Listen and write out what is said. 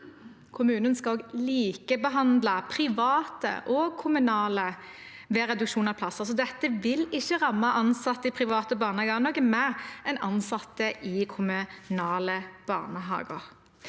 Kommunen skal også likebehandle private og kommunale ved reduksjon av plasser, så dette vil ikke ramme ansatte i private barnehager noe mer enn ansatte i kommunale barnehager.